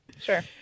sure